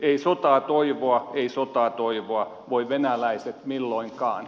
ei sotaa toivoa ei sotaa toivoa voi venäläiset milloinkaan